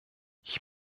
ich